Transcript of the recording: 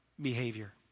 behavior